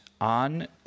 on